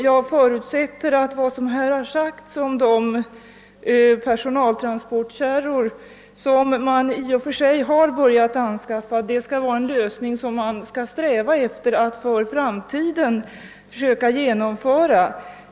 Jag förutsätter att de s.k. personaltransportkärror som — enligt vad som framgår av svaret — börjat anskaffas skall innebära en lösning som man eftersträvar att helt förverkliga i framtiden.